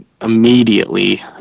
immediately